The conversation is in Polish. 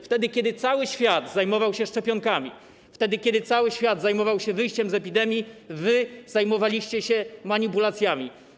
Wtedy kiedy cały świat zajmował się szczepionkami, wtedy kiedy cały świat zajmował się wyjściem z epidemii, wy zajmowaliście się manipulacjami.